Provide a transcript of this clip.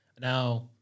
Now